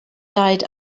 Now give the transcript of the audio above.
died